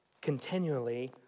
Continually